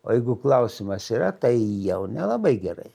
o jeigu klausimas yra tai jau nelabai gerai